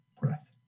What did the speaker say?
breath